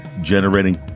generating